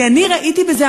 כי אני ראיתי בזה,